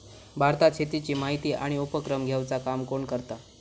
भारतात शेतीची माहिती आणि उपक्रम घेवचा काम कोण करता?